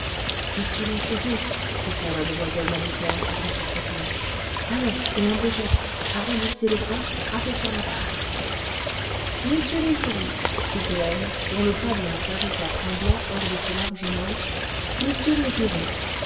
messieurs les jurés souffla mademoiselle malicorne à son secrétaire allons et un beau geste arrondissez le bras et frappez sur la barre messieurs les jurés fit hélène dont le bras blanc s'agita tremblant hors cle ses larges manches messieurs les jurés